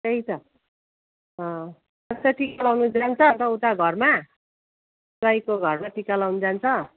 त्यही त अँ अन्त टिका लाउनु जान्छ अन्त उता घरमा ज्वाइँको घरमा टिका लाउनु जान्छ